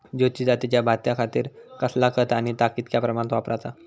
ज्योती जातीच्या भाताखातीर कसला खत आणि ता कितक्या प्रमाणात वापराचा?